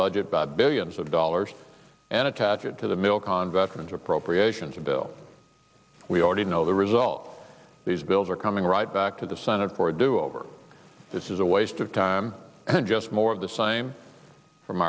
budget by billions of dollars and attach it to the milk on veterans appropriations bill we already know the result these bills are coming right back to the senate for a do over this is a waste of time and just more of the same from